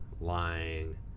lying